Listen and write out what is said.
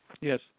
Yes